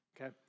Okay